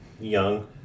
Young